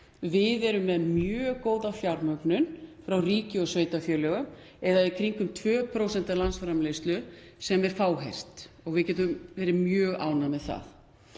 Við erum með mjög góða fjármögnun frá ríki og sveitarfélögum eða í kringum 2% af landsframleiðslu, sem er fáheyrt og við getum verið mjög ánægð með það.